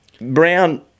Brown